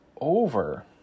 over